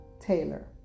Taylor